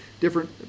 different